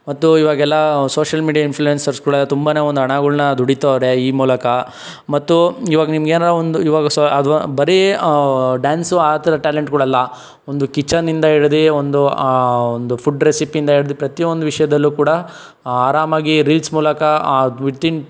ಮತ್ತು ಇವಾಗೆಲ್ಲ social media ಇನ್ಫ್ಲುಯೆನ್ಸರ್ಸ್ಗಳೆಲ್ಲ ತುಂಬಾ ಒಂದು ಹಣಗುಳ್ನ ದುಡಿತಾವ್ರೆ ಈ ಮೂಲಕ ಮತ್ತು ಇವಾಗ ನಿಮ್ಗೆ ಏನೋ ಒಂದು ಇವಾಗ ಸೊ ಅದ್ವ ಬರೀ ಡ್ಯಾನ್ಸು ಆ ಥರ ಟ್ಯಾಲೆಂಟ್ಗಳಲ್ಲ ಒಂದು ಕಿಚನಿಂದ ಹಿಡ್ದು ಒಂದು ಒಂದು ಫುಡ್ ರೆಸಿಪಿಯಿಂದ ಹಿಡ್ದು ಪ್ರತಿಯೊಂದು ವಿಷಯದಲ್ಲೂ ಕೂಡ ಆರಾಮಾಗಿ ರೀಲ್ಸ್ ಮೂಲಕ ವಿತಿನ್